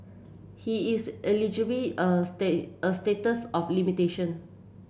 he is a state a statues of limitation